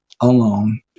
alone